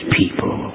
people